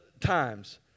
times